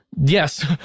Yes